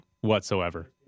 whatsoever